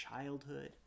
childhood